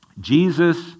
Jesus